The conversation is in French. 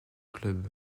club